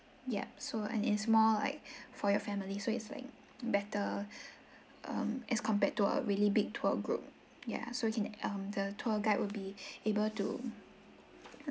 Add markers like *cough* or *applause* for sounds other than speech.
yap so and it's more like for your family so it's like better *breath* um as compared to a really big tour group ya so you can um the tour guide will be able to